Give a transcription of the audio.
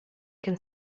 can